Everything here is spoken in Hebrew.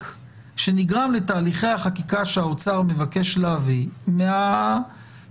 שנגרם לתהליכי החקיקה שהאוצר מבקש להביא מהשימוש.